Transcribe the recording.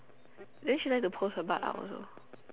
then she like to post her butt out also